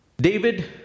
David